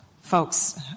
folks